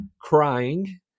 crying